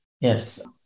Yes